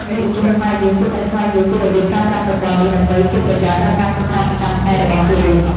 យុវជនខ្មែរយើងគួរតែស្វែងយល់ពីរបៀបប្រើប្រាស់ប្រព័ន្ធនេះដើម្បីជាប្រយោជន៍ដល់ការសិក្សាប្រចាំថ្ងៃរបស់ខ្លួន។